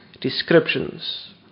descriptions